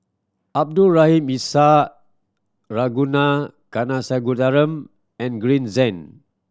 Abdul Rahim Ishak Ragunathar Kanagasuntheram and Green Zeng